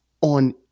on